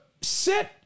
sit